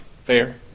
Fair